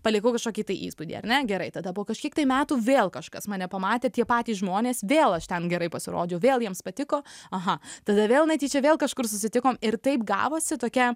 palikau kažkokį tai įspūdį ar ne gerai tada po kažkiek tai metų vėl kažkas mane pamatė tie patys žmonės vėl aš ten gerai pasirodžiau vėl jiems patiko aha tada vėl netyčia vėl kažkur susitikom ir taip gavosi tokia